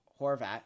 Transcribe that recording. Horvat